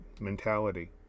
mentality